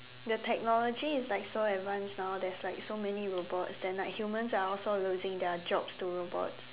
the technology is like so advanced now there's like so many robots then like humans are also losing their jobs to robots